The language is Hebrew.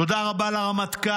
תודה רבה לרמטכ"ל